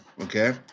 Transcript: okay